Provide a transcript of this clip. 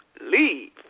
leave